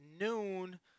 noon